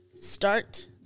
start